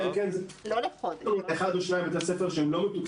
אלא אם כן יש בית ספר אחד או שניים שהם לא מתוקצבים.